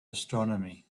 astronomy